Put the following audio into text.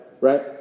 right